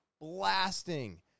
blasting